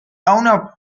owner